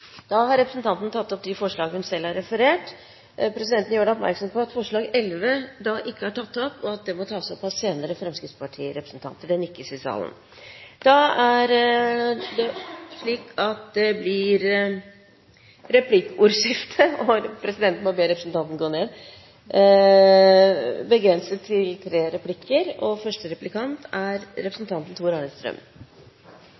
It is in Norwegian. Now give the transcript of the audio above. tatt opp de forslagene hun refererte til. Presidenten gjør oppmerksom på at forslag nr. 11 ikke er tatt opp, og at det må tas opp senere av fremskrittspartirepresentanter. – Det nikkes i salen. Det blir replikkordskifte. I sitt alternative budsjett skriver Høyre at en snarest mulig bør konsekvensutrede Lofoten og